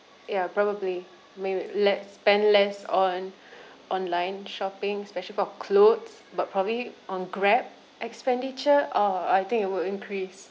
ya probably may let's spend less on online shopping specially for clothes but probably on Grab expenditure uh I think it will increase